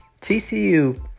TCU